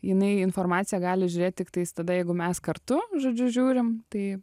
jinai informaciją gali žiūrėt tiktais tada jeigu mes kartu žodžiu žiūrim tai